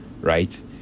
right